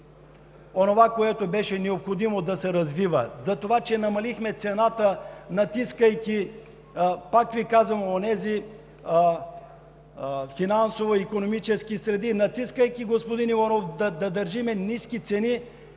онова, което беше необходимо да се развива, затова че намалихме цената, натискайки, пак Ви казвам, онези финансово-икономически среди, натискайки господин Иванов да държим ниски цени,